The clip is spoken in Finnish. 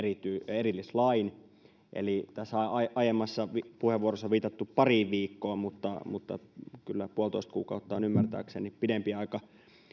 erillislain eli tässä on aiemmassa puheenvuorossa viitattu pariin viikkoon mutta mutta kyllä puolitoista kuukautta on ymmärtääkseni pidempi aika